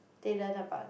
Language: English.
they learn about